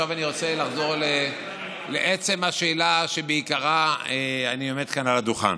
עכשיו אני רוצה לחזור לעצם השאלה שבשלה אני עומד כאן על הדוכן.